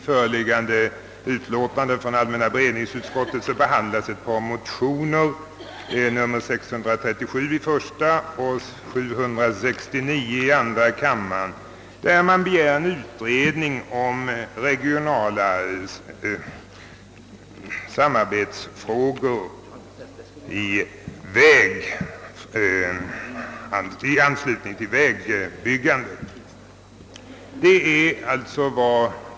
Herr talman! I allmänna beredningsutskottets förevarande utlåtande behandlas ett par likalydande motioner, I: 637 och II: 769, i vilka motionärerna begär en utredning om införandet av regionala samarbetsorgan för planering av viktigare vägfrågor.